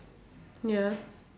ya